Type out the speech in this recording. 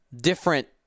different